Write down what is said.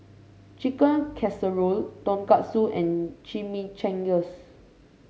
Chicken Casserole Tonkatsu and Chimichangas